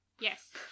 Yes